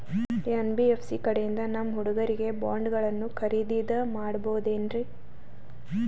NBFC ಕಡೆಯಿಂದ ನಮ್ಮ ಹುಡುಗರಿಗೆ ಬಾಂಡ್ ಗಳನ್ನು ಖರೀದಿದ ಮಾಡಬಹುದೇನ್ರಿ?